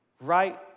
Right